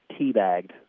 teabagged